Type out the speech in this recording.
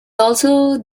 also